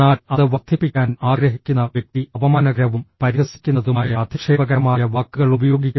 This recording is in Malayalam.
എന്നാൽ അത് വർദ്ധിപ്പിക്കാൻ ആഗ്രഹിക്കുന്ന വ്യക്തി അപമാനകരവും പരിഹസിക്കുന്നതുമായ അധിക്ഷേപകരമായ വാക്കുകൾ ഉപയോഗിക്കും